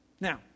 Now